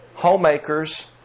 homemakers